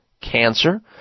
cancer